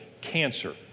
cancer